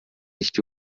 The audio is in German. nicht